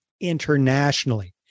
internationally